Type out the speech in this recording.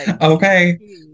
Okay